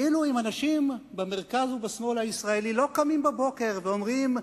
כאילו אם אנשים במרכז ובשמאל הישראלי לא קמים בבוקר ואומרים,